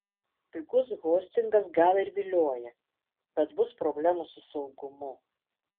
pigus hostingas gal ir vilioja bet bus problemų su saugumu